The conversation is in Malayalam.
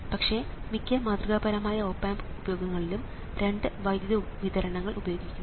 പക്ഷേ മിക്ക മാതൃകാപരമായ ഓപ് ആമ്പ് ഉപയോഗങ്ങളിലും രണ്ട് വൈദ്യുതി വിതരണങ്ങൾ ഉപയോഗിക്കുന്നു